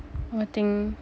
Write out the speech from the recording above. what thing